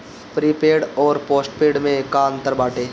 Prepaid अउर postpaid में का अंतर बाटे?